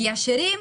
כי עשירים,